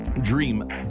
Dream